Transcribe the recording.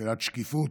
בבחינת שקיפות,